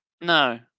No